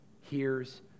hears